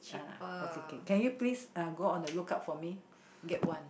uh okay K can you please uh go on the lookout for me get one